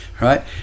right